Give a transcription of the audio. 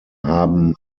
haben